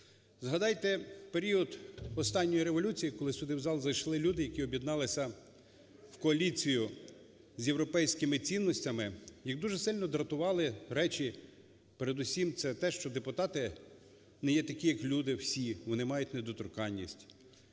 Згадайте період останньої революції, коли сюди в зал зайшли люди, які об'єдналися в коаліцію з європейськими цінностями. Їх дуже сильно дратували речі, передусім це те, що депутати не є такі, як люди всі, вони мають недоторканність,